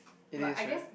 it is very